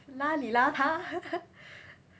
邋里邋遢